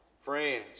Friends